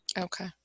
Okay